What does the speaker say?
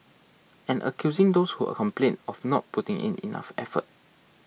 and accusing those who're complained of not putting in enough effort